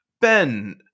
Ben